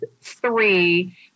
three